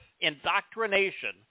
indoctrination